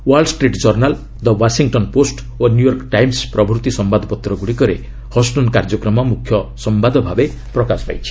wall Street କର୍ଷାଲ the Washington Post ଓ New York Times ପ୍ରଭୂତି ସମ୍ଭାଦପତ୍ର ଗୁଡ଼ିକରେ ହଷ୍ଟନ କାର୍ଯ୍ୟକ୍ରମ ମୁଖ୍ୟ ସମ୍ଘାଦଭାବେ ପ୍ରକାଶ ପାଇଛି